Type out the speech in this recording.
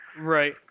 Right